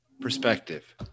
perspective